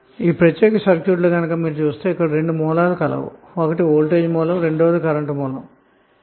ఈ ప్రత్యేక సర్క్యూట్ లో చుస్తే ఇక్కడ 2 సోర్స్ లు ఒక వోల్టేజ్ సోర్స్ మరియు కరెంటు సోర్స్ కలవు